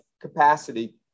capacity